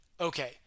Okay